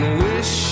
wish